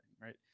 right